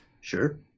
sure